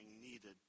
needed